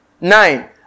Nine